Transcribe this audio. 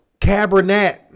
Cabernet